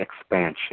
expansion